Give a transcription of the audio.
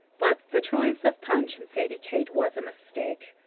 but the choice of punch and sadie kate was a mistake.